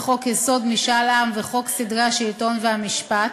חוק-יסוד: משאל עם וחוק סדרי השלטון והמשפט